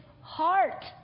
heart